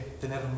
tener